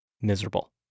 miserable